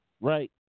Right